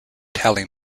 tally